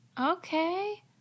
Okay